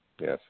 Yes